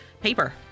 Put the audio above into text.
paper